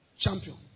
champion